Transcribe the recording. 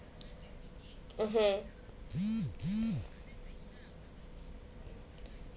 mmhmm